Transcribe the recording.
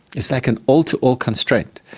it's like an all to all constraint.